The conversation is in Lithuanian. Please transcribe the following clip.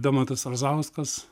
domantas razauskas